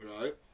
Right